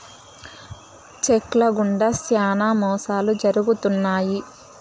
check ల గుండా శ్యానా మోసాలు జరుగుతున్నాయి